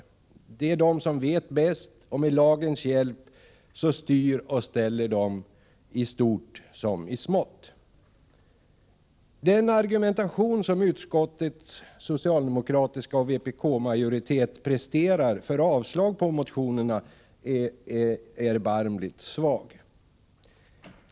Det är de som vet bäst och med lagens hjälp styr och ställer i stort som i smått. Den argumentation som utskottsmajoriteten, socialdemokraterna och vpk, presterar för avslag på motionerna är erbarmligt svag.